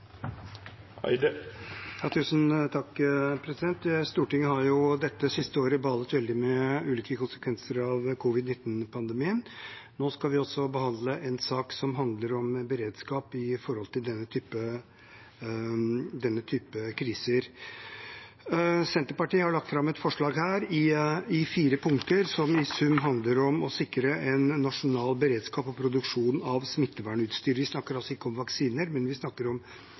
Stortinget har jo dette siste året balt veldig med ulike konsekvenser av covid-19-pandemien. Nå skal vi behandle en sak som handler om beredskap mot denne typen kriser. Senterpartiet har lagt fram et forslag i fire punkter som i sum handler om å sikre en nasjonal beredskap og produksjon av smittevernutstyr. Vi snakker altså ikke om vaksiner, vi snakker om